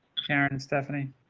karen stephanie.